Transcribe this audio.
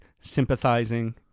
sympathizing